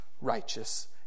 righteous